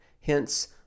Hence